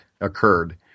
occurred